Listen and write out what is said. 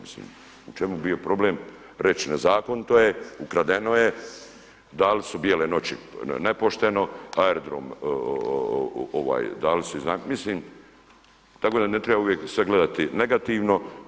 Mislim u čemu bi bio problem reći nezakonito, ukradeno je, dali su Bijele noći nepošteno, aerodrom mislim dali su iznajmiti, mislim tako da ne treba uvijek sve gledati negativno.